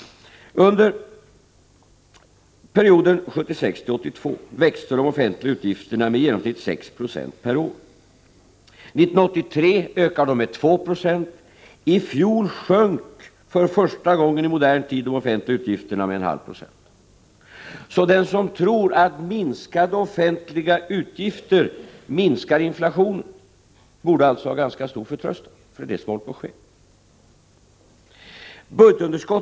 Under perioden 1976-1982 växte de offentliga utgifterna medi genomsnitt 6 Ze per år. År 1983 ökade de med 2 Zo. I fjol sjönk de — för första gången i modern tid — med 0,5 96. Den som tror att minskade offentliga utgifter minskar inflationen borde alltså ha ganska stor förtröstan — för det är vad som håller på att ske.